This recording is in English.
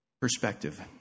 Perspective